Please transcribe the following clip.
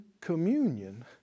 communion